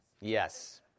Yes